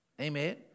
Amen